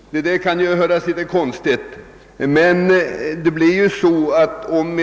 Sådana kan nämligen underligt nog förekomma.